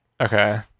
okay